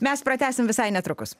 mes pratęsim visai netrukus